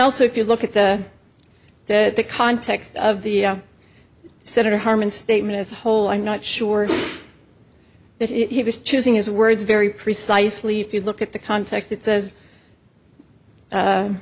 also if you look at the the context of the senator harmon statement as a whole i'm not sure if he was choosing his words very precisely if you look at the context it says